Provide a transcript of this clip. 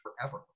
forever